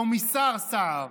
קומיסר סער.